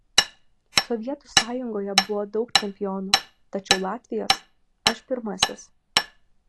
sovietų sąjungoje buvo daug čempionų tačiau latvijos aš pirmasis